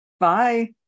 Bye